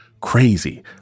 crazy